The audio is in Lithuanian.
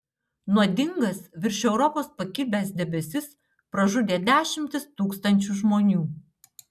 nuodingas virš europos pakibęs debesis pražudė dešimtis tūkstančių žmonių